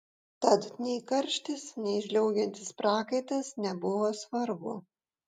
tad nei karštis nei žliaugiantis prakaitas nebuvo svarbu